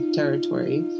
territory